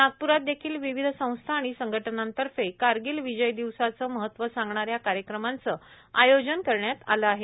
नागपुरात देखिल विविध संस्था आणि संघटनांतर्फे कारगिल विजय दिवसाचं महत्व सांगणाऱ्या कार्यक्रमांचं आयोजन करण्यात आलं आहे